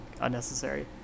unnecessary